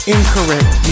Incorrect